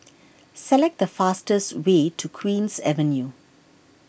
select the fastest way to Queen's Avenue